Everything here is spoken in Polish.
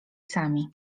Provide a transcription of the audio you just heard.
sami